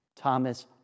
Thomas